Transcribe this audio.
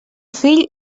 fill